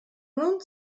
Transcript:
nun